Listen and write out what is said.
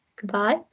Goodbye